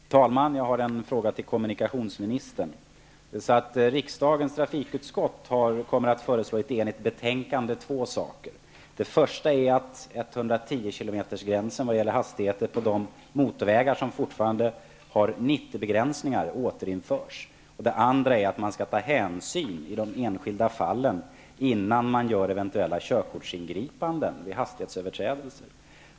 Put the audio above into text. Fru talman! Jag har en fråga till kommunikationsministern. Riksdagens trafikutskott kommer att föreslå i ett enhälligt betänkande två saker. Det första är att hastighetsbegränsningen 110 km/tim på de motorvägar som fortfarande har 90-begränsningen skall återinföras. Det andra är att hänsyn skall tas i de enskilda fallen, innan man gör eventuella körkortsingripanden vid hastighetsöverträdelser.